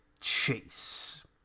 chase